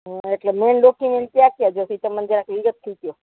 એટલે main document કયા કયા જોઇશે એ તમે મને જરા વિગતથી કહો